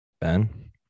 Ben